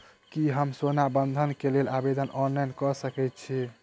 की हम सोना बंधन कऽ लेल आवेदन ऑनलाइन कऽ सकै छी?